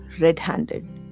red-handed